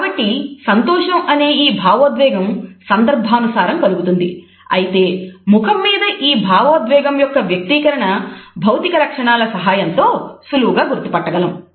కాబట్టి సంతోషం అనే ఈ భావోద్వేగం సందర్భానుసారం కలుగుతుంది అయితే ముఖం మీద ఈ భావోద్వేగం యొక్క వ్యక్తీకరణ భౌతిక లక్షణాల సహాయంతో సులువుగా గుర్తుపట్టగలము